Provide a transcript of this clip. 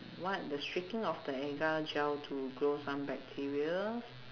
what the streaking of the agar gel to grow some bacterias